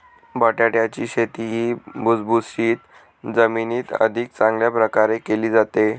बटाट्याची शेती ही भुसभुशीत जमिनीत अधिक चांगल्या प्रकारे केली जाते